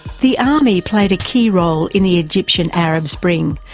the army played a key role in the egyptian arab spring,